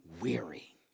weary